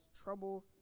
trouble